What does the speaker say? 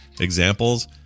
examples